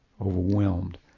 overwhelmed